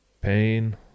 Pain